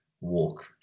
walk